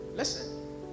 Listen